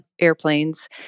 airplanes